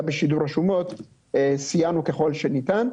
גם שיגור רשומות וסייענו ככל שניתן.